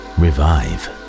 revive